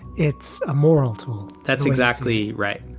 it's a moral tool that's exactly right.